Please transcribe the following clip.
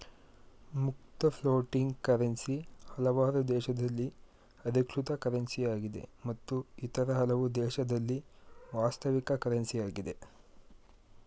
ಮುಕ್ತ floating currency ಹಲವಾರು ದೇಶದಲ್ಲಿ ಅಧಿಕೃತ ಕರೆನ್ಸಿಯಾಗಿದೆ ಮತ್ತು ಇತರ ಹಲವು ದೇಶದಲ್ಲಿ ವಾಸ್ತವಿಕ ಕರೆನ್ಸಿ ಯಾಗಿದೆ